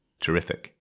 Terrific